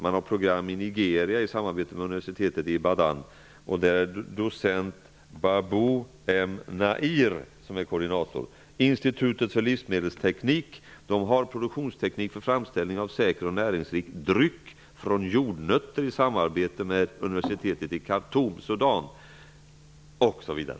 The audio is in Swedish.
Man har program i Nigeria i samarbete med universitetet i Ibadan. Docent Institutet för livsmedelsteknik har produktionsteknik för framställning av säker och näringsrik dryck från jordnötter i samarbete med universitetet i Khartoum i Sudan osv.